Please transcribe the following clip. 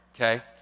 okay